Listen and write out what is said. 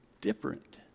different